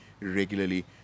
regularly